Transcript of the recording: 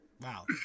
wow